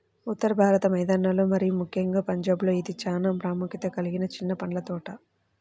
ఉత్తర భారత మైదానాలలో మరియు ముఖ్యంగా పంజాబ్లో ఇది చాలా ప్రాముఖ్యత కలిగిన చిన్న పండ్ల పంట